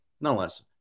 nonetheless